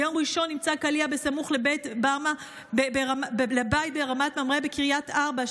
ביום ראשון נמצא קליע סמוך לבית ברמת ממרא בקריית ארבע,